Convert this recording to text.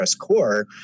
core